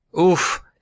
Oof